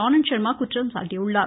ஆனந்த் ஷர்மா குற்றம் சாட்டியுள்ளார்